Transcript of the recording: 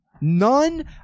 None